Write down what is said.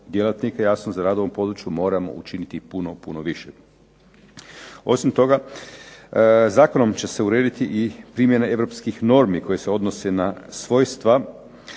jasno za rad u ovom području moramo učiniti puno, puno više. Osim toga, zakonom će se urediti i primjena europskih normi koje se odnose na svojstva,